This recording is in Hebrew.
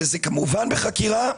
וזה כמובן בחקירה,